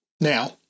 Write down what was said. now